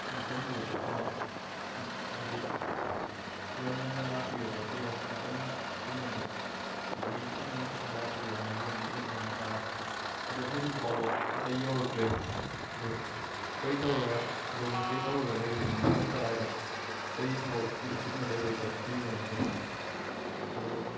ꯃꯐꯝꯗꯨꯗ ꯆꯠꯅꯕ ꯍꯥꯏꯗꯤ ꯈꯔ ꯉꯟꯅ ꯂꯥꯛꯄꯤꯌꯣ ꯈꯣꯠꯄꯤꯌꯣ ꯃꯇꯝ ꯀꯩꯅꯣꯗꯨ ꯑꯗꯨꯗꯒꯤ ꯈꯤꯇꯪ ꯉꯟꯈꯠꯅ ꯂꯥꯛꯄꯤꯌꯣ ꯍꯥꯏꯈꯤꯕꯅꯤ ꯃꯤꯅꯤꯠ ꯃꯉꯥ ꯇꯔꯥ ꯑꯗꯣ ꯍꯧꯖꯤꯛ ꯐꯥꯎꯕ ꯑꯝꯇ ꯌꯧꯔꯛꯇ꯭ꯔꯦ ꯑꯗꯣ ꯀꯔꯤ ꯇꯧꯔꯒ ꯑꯗꯣꯝ ꯀꯔꯤ ꯇꯧꯔꯒ ꯂꯩꯕꯤꯕꯅꯣ ꯃꯐꯝ ꯀꯗꯥꯏꯗ ꯀꯔꯤ ꯊꯕꯛꯀꯤ ꯑꯆꯤꯟꯕ ꯂꯩꯕꯩ ꯆꯠꯄꯤꯕꯅꯣ ꯈꯣꯠꯄꯅꯣ ꯑꯗꯣ